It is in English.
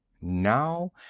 Now